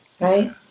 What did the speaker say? right